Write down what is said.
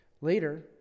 Later